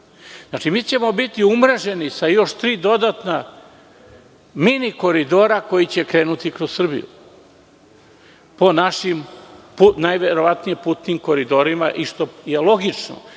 Bićemo umreženi sa još tri dodatna mini koridora koji će krenuti kroz Srbiju po našim najverovatnije putnim koridorima, što je logično,